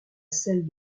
celle